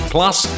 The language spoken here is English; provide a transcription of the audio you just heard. Plus